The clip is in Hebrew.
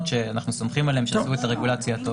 שאנחנו סומכים עליהן שהן עושות את הרגולציה הטובה.